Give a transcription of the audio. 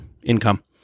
income